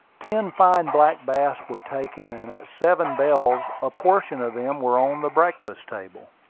ten fine black bass were taken and at seven bells, a portion of them were on the breakfast table.